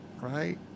right